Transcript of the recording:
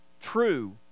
true